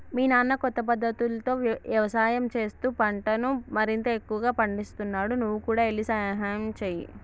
మీ నాన్న కొత్త పద్ధతులతో యవసాయం చేస్తూ పంటను మరింత ఎక్కువగా పందిస్తున్నాడు నువ్వు కూడా ఎల్లి సహాయంచేయి